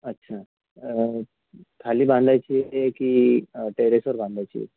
अच्छा खाली बांधायची आहे की टेरेसवर बांधायची आहे